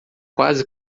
quase